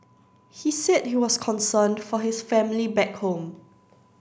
he said he was concerned for his family back home